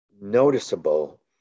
noticeable